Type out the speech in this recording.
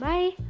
Bye